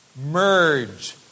merge